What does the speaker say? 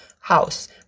house